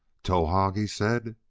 towahg! he said.